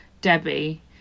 Debbie